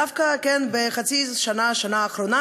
דווקא בחצי השנה או בשנה האחרונה,